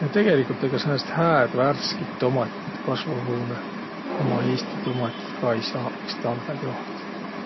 Ja tegeligult egaq säänest värskit tomatit, kasvohuunõ uma Eesti tomatit ka ei saaq iks talvõl joht.